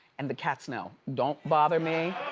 and the cats know. don't bother me.